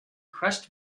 crushed